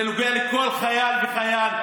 זה נוגע לכל חייל וחייל,